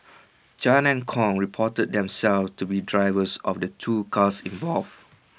chan and Kong reported themselves to be drivers of the two cars involved